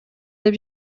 деп